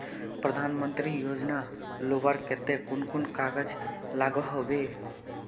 प्रधानमंत्री योजना लुबार केते कुन कुन कागज लागोहो होबे?